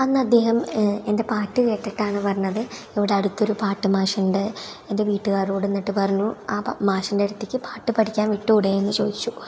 അന്നദ്ദേഹം എൻ്റെ പാട്ട് കേട്ടിട്ടാണ് പറഞ്ഞത് ഇവിടെ അടുത്തൊരു പാട്ട് മാഷുണ്ട് എൻ്റെ വീട്ടുകാരോടെന്നിട്ട് പറഞ്ഞു ആ മാഷിൻ്റെ അടുത്തേക്ക് പാട്ട് പഠിക്കാൻ വിട്ടു കൂടെയെന്ന് ചോദിച്ചു